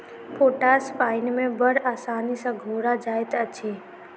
potash पाइन मे बड़ आसानी सॅ घोरा जाइत अछि